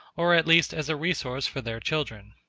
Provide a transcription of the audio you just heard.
or at least as a resource for their children.